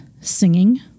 singing